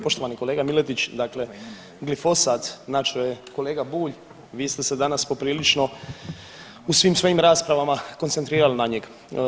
Poštovani kolega Miletić, dakle glifosat … [[Govornik se ne razumije]] je, kolega Bulj vi ste se danas poprilično u svim svojim raspravama koncentrirali na njega.